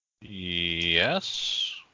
Yes